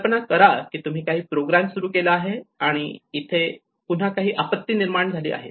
कल्पना करा की तुम्ही काही प्रोग्राम सुरू केला आहे आणि कल्पना करा इथे पुन्हा काही आपत्ती निर्माण झाली आहे